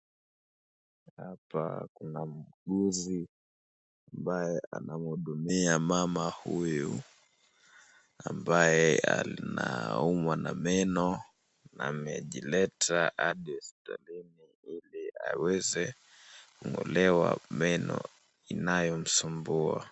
Hapa kuna muuguzi ambaye anamhudumia mama huyu ambaye anaumwa na meno na amejileta hadi hospitalini ili aweze kung'olewa meno inayomsumbua.